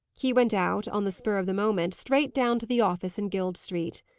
he went out, on the spur of the moment, straight down to the office in guild street.